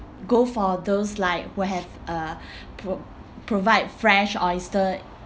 go for those like who have uh pro~ provide fresh oyster